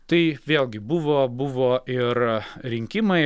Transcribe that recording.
tai vėlgi buvo buvo ir rinkimai